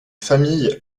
famille